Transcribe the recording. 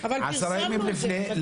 עשרה ימים לפני.